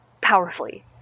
powerfully